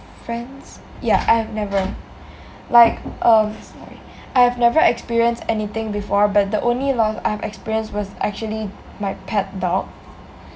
friends yah I have never like um sorry I have never experienced anything before but the only loss I've experienced was actually my pet dog